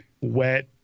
wet